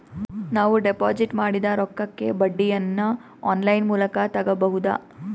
ನಾವು ಡಿಪಾಜಿಟ್ ಮಾಡಿದ ರೊಕ್ಕಕ್ಕೆ ಬಡ್ಡಿಯನ್ನ ಆನ್ ಲೈನ್ ಮೂಲಕ ತಗಬಹುದಾ?